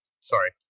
sorry